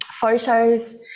photos